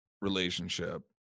relationship